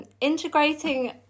integrating